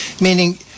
Meaning